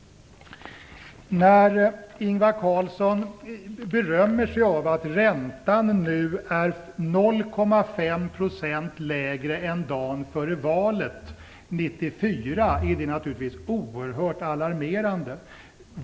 När Ingvar Carlsson berömmer sig av att räntan nu är 0,5 % lägre än dagen före valet 1994 är det naturligtvis oerhört alarmerande.